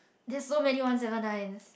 there's so many one seven nines